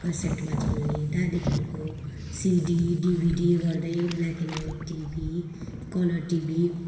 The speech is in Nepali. क्यासेटमा चल्ने त्यहाँदेखिको सिडी डिभिडी गर्दै black and white TV colour TV